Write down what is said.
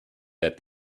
that